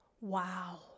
Wow